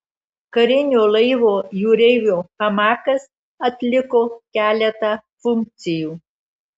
karinio laivo jūreivio hamakas atliko keletą funkcijų